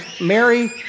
Mary